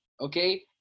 Okay